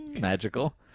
magical